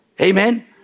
Amen